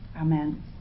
Amen